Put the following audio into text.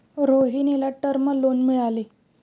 रोहिणीला term loan मिळाले